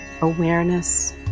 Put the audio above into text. Awareness